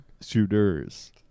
shooters